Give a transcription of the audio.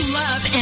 love